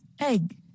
Egg